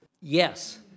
Yes